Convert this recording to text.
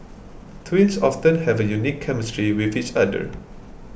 twins often have a unique chemistry with each other